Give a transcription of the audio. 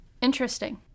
Interesting